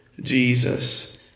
Jesus